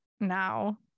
now